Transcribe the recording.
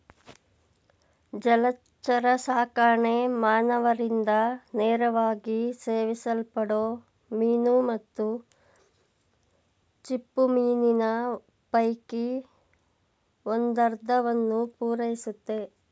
ಜಲಚರಸಾಕಣೆ ಮಾನವರಿಂದ ನೇರವಾಗಿ ಸೇವಿಸಲ್ಪಡೋ ಮೀನು ಮತ್ತು ಚಿಪ್ಪುಮೀನಿನ ಪೈಕಿ ಒಂದರ್ಧವನ್ನು ಪೂರೈಸುತ್ತೆ